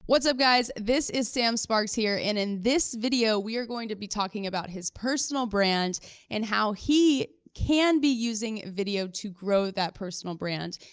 what's up, guys, this is sam sparks here, and in this video, we are going to be talking about his personal brand and how he can be using video to grow that personal brand.